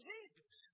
Jesus